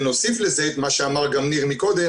נוסיף לזה את מה שאמר ניר מקודם,